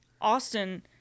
Austin